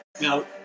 Now